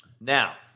Now